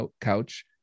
couch